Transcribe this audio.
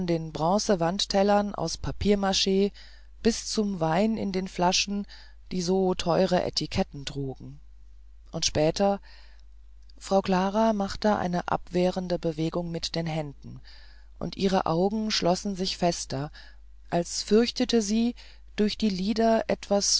den bronzewandtellern aus papiermach bis zum wein in den flaschen die so teure etiketten trugen und später frau klara machte eine abwehrende bewegung mit den händen und ihre augen schlossen sich fester als fürchteten sie durch die lider etwas